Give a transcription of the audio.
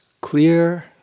clear